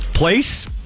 place